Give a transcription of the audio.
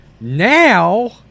now